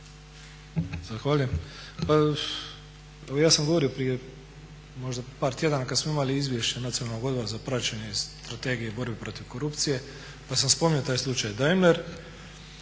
Zahvaljujem. Pa ja sam govorio prije možda par tjedana kada smo imali izvješće Nacionalnog odbora za praćenje strategije borbe protiv korupcije, pa sam spominjao taj slučaj Daimler